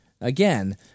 Again